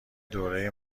دوره